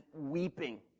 weeping